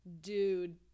dude